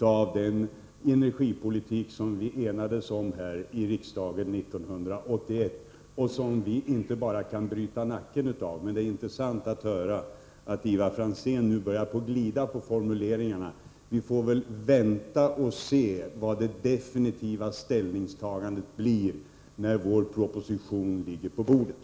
av den energipolitik som vi enades om i riksdagen 1981. Den kan vi så att säga inte bara bryta nacken av. Det är emellertid intressant att höra att Ivar Franzén nu börjar glida i sina formuleringar. Vi får vänta och se vad det definitiva ställningstagandet blir när vår proposition ligger på bordet.